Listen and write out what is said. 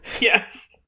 Yes